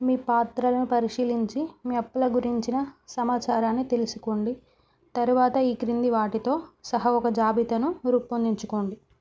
మీ పాత్రలను పరిశీలించి మీ అప్లై గురించిన సమాచారాన్ని తెలుసుకోండి తరువాత ఈ క్రింది వాటితో సహా ఒక జాబితను రూపొందించుకోండి